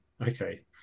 okay